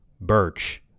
Birch